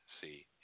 See